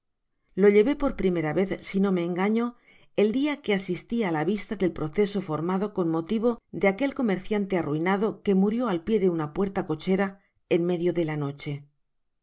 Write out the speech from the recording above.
lo llevé por primera vez si no me engaño el dia que asisti á la vista del proceso formado con motivo de aquel comerciante arruinado que murió al pié de una puerta cochera en medio de la noche